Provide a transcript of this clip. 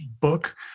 book